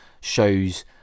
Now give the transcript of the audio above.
shows